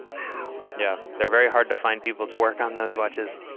wow, yeah. they're very hard to find, people to work on those watches.